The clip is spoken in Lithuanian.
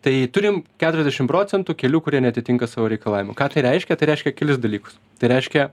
tai turim keturiasdešim procentų kelių kurie neatitinka savo reikalavimų ką tai reiškia tai reiškia kelis dalykus tai reiškia